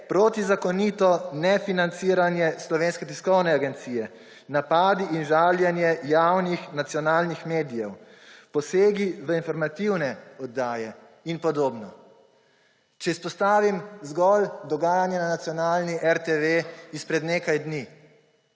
protizakonito nefinanciranje Slovenske tiskovne agencije, napadi in žaljenje javnih nacionalnih medijev, posegi v informativne oddaje in podobno. Če izpostavim zgolj dogajanje na nacionalni RTV izpred nekaj dni,